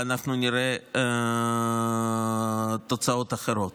ואנחנו נראה תוצאות אחרות.